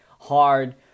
hard